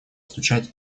стучать